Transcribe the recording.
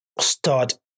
start